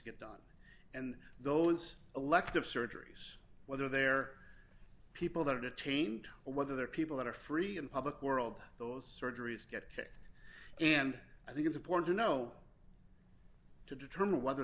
get done and those elective surgeries whether they're people that are detained or whether they're people that are free in public world those surgeries get and i think it's important to know to determine whether